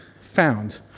found